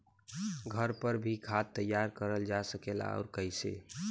घर पर भी खाद तैयार करल जा सकेला और कैसे?